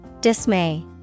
Dismay